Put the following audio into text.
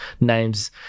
names